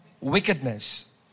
wickedness